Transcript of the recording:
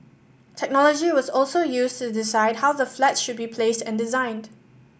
technology was also used to decide how the flats should be placed and designed